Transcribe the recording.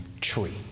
tree